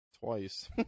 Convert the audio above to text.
twice